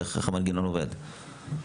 איך המנגנון עובד?